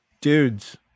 dudes